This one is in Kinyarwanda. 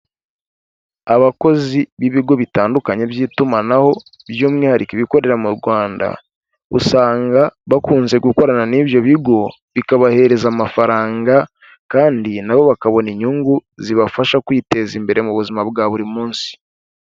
Abakozi b'ibigo bitandukanye by'itumanaho by'umwihariko ibikorera mu Rwanda, usanga bakunze gukorana n'ibyo bigo bikabahereza amafaranga kandi nabo bakabona inyungu zibafasha kwiteza imbere mu buzima bwa buri munsi.